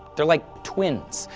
they're like twins,